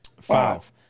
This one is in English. Five